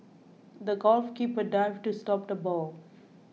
the goalkeeper dived to stop the ball